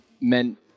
meant